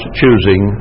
choosing